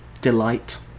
delight